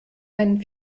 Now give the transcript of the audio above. einen